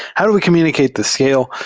how do we communicate the scale?